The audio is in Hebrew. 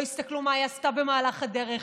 לא יסתכלו מה היא עשתה במהלך הדרך,